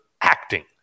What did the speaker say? acting